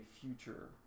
future